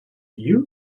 you